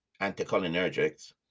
anticholinergics